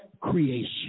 creation